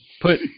put